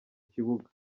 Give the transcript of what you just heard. kibuga